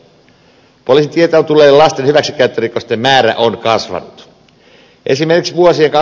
poliisin tietoon tulleiden lasten hyväksikäyttörikosten määrä on kasvanut